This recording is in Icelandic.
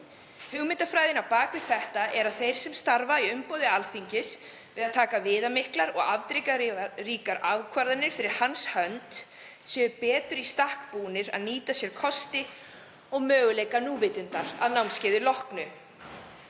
Hugmyndafræðin á bak við það er að þeir sem starfa í umboði þingsins og taka viðamiklar og afdrifaríkar ákvarðanir fyrir hönd þess séu betur í stakk búnir að nýta sér kosti og möguleika núvitundar að námskeiði loknu,